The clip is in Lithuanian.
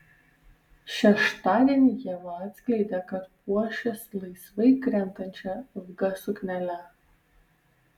šeštadienį ieva atskleidė kad puošis laisvai krentančia ilga suknele